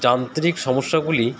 যান্ত্রিক সমস্যাগুলি